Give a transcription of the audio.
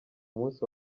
munsi